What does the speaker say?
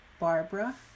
Barbara